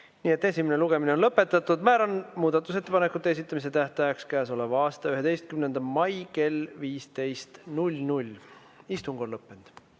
Nii et esimene lugemine on lõpetatud. Määran muudatusettepanekute esitamise tähtajaks käesoleva aasta 11. mai kell 15. Istung on lõppenud.